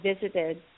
visited